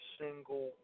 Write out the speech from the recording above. single